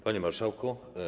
Panie Marszałku!